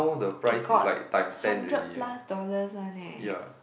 eh got hundred plus dollars one eh